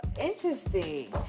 Interesting